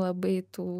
labai tų